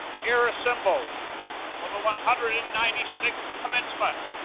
here assembled for the one hundred and ninety six commencement,